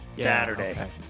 Saturday